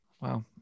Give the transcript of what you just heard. Wow